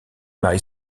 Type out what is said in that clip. marie